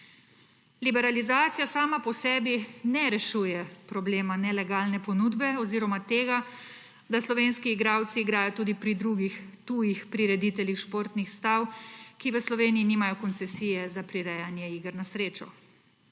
Liberalizacija sama po sebi ne rešuje problema nelegalne ponudbe oziroma tega, da slovenski igralci igrajo tudi pri drugih tujih prirediteljih športnih stav, ki v Sloveniji nimajo koncesije za prirejanje iger na srečo.